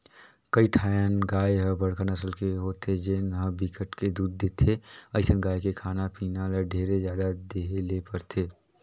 कइठन गाय ह बड़का नसल के होथे जेन ह बिकट के दूद देथे, अइसन गाय के खाना पीना ल ढेरे जादा देहे ले परथे